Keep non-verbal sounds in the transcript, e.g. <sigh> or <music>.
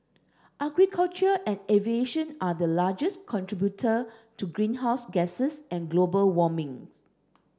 agriculture and aviation are the largest contributor to greenhouse gases and global warming <noise>